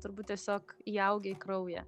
turbūt tiesiog įaugę į kraują